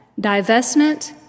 divestment